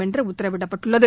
என்று உத்தரவிடப்பட்டுள்ளது